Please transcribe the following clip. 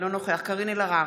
אינו נוכח קארין אלהרר,